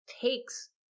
takes